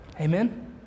Amen